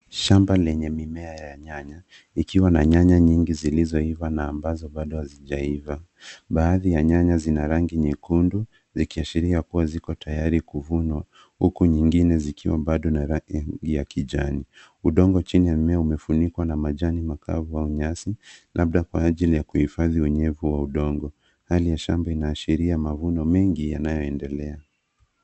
Shamba lenye mimea ya nyanya likiwa na nyanya nyingi zilizoiva na ambazo bado hazijaiva. Baadhi ya nyanya zina rangi nyekundu, zikiashiria kuwa ziko tayari kuvunwa, huku nyingine zikiwa bado na rangi ya kijani. Udongo chini ya mimea umefunikwa na majani makavu au nyasi, labda kwa ajili ya kuhifadhi unyevu wa udongo. Hali ya shamba inaashiria mavuno mengi yanayoendelea.